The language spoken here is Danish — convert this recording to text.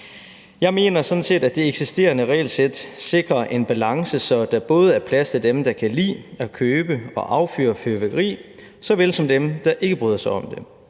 sådan set, at det eksisterende regelsæt sikrer en balance, så der både er plads til dem, der kan lide at købe og affyre fyrværkeri, såvel som til dem, der ikke bryder sig om det.